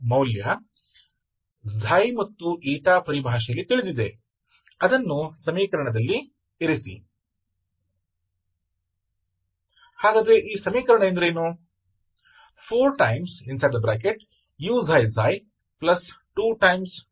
इसलिए आपको सावधानी से इसका विस्तार करना होगा अन्यथा आप गलत हो सकते हैं